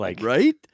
Right